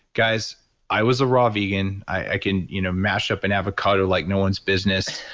guys i was a raw vegan, i can you know mash up an avocado like no one's business.